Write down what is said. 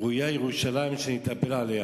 ראויה ירושלים שנתאבל עליה